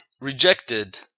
rejected